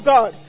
God